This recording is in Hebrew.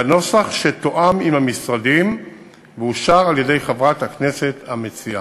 בנוסח שתואם עם המשרדים ואושר על-ידי חברת הכנסת המציעה.